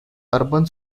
urban